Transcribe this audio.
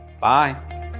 Bye